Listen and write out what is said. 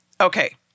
Okay